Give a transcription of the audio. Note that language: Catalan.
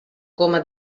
coma